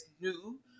new